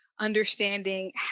understanding